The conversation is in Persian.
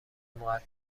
مودب